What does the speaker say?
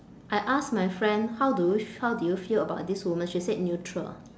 I ask my friend how do you how do you feel about this woman she said neutral